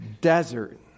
desert